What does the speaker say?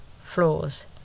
flaws